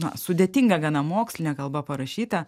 na sudėtinga gana moksline kalba parašyta